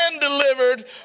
delivered